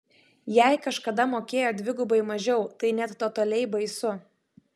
jei kažkada mokėjo dvigubai mažiau tai net totaliai baisu